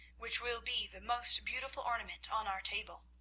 which will be the most beautiful ornament on our table.